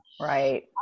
Right